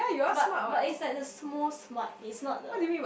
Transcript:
but but it's like the small smart it's not the